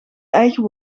eigen